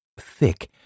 thick